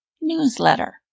newsletter